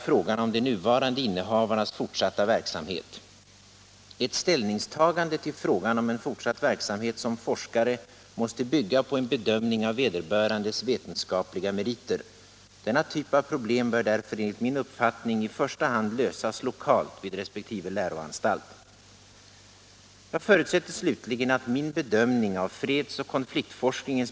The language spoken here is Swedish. Med den kostnadsstruktur som statens vägverks färjor har betyder i de flesta fall antalet turer mycket litet för totalkostnaden. På en del färjleder med korta omloppstider och oregelbunden trafiktillströmning innebär kravet på tidtabellsreglering av färjtrafiken onödigt låg service för lokalbefolkningen.